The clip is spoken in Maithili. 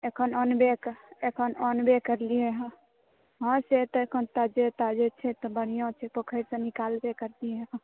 एखन आनबे आनबे केलियै हँ हॅं से तऽ एखन तजे ताजे छै तऽ बढ़िऑं छै पोखरिसँ निकालबे केलियै हँ